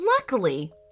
Luckily